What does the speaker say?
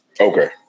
Okay